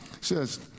says